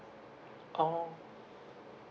oh